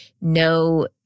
no